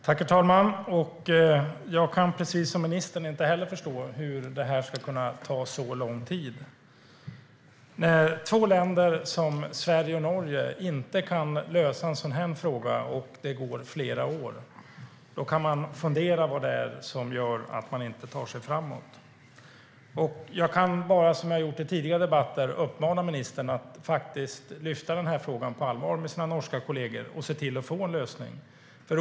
Herr talman! Jag kan, precis som ministern, inte förstå hur det här ska kunna ta så lång tid. När två länder som Sverige och Norge inte kan lösa en sådan här fråga och det går flera år kan man fundera över vad det är som gör att det inte går framåt. Jag kan bara, som jag har gjort i tidigare debatter, uppmana ministern att faktiskt lyfta frågan på allvar med sina norska kollegor och se till att det blir en lösning.